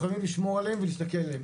חייבים לשמור עליהם והסתכל עליהם.